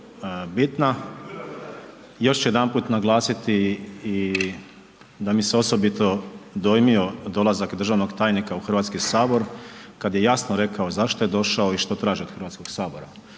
bitna. Još ću jedanput naglasiti i da mi se osobito dojmio dolazak državnog tajnika u Hrvatski sabor kad je jasno rekao zašto je došao i što traži od Hrvatskog sabora.